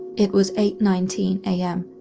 it was eight nineteen am,